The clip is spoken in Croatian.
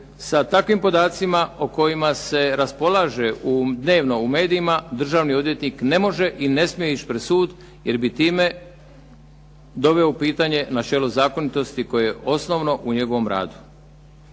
sa takvim podacima o kojima se raspolaže dnevno u medijima državni odvjetnik ne može i ne smije ići pred sud jer bi time doveo u pitanje načelo zakonitosti koje je osnovno u njegovom radu.